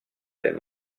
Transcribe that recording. del